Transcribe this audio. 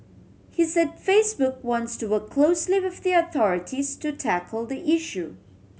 he said Facebook wants to work closely with the authorities to tackle the issue